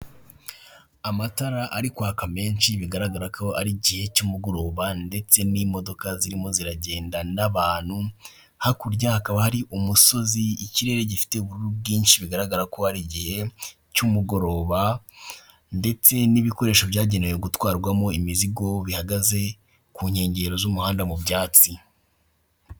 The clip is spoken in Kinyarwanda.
Amatara ari kwaka menshi bigaragara ko ari igihe cy'umugoroba, ndetse n'imodoka zirimo ziragenda n'abantu hakurya hakaba hari umusozi ikirere gifite ubururu bwinshi bigaragara ko hari igihe cy'umugoroba, ndetse n'ibikoresho byagenewe gutwarwamo imizigo bihagaze ku nkengero z'umuhanda mu byatsi.